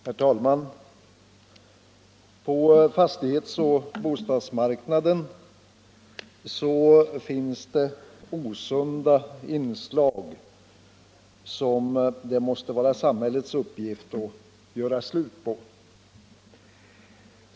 Herr talman! På fastighets och bostadsmarknaden finns det osunda inslag som det måste vara samhällets uppgift att undanröja.